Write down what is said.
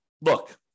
look